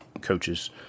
coaches